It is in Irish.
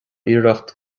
iarracht